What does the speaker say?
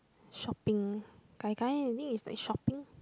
shopping gai-gai I think is like shopping